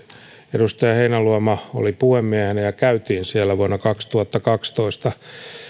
edustaja heinäluoma oli puhemiehenä ja kävimme siellä vuonna kaksituhattakaksitoista